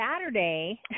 Saturday